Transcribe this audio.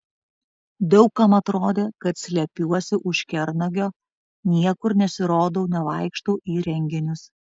daug kam atrodė kad slepiuosi už kernagio niekur nesirodau nevaikštau į renginius